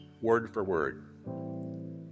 word-for-word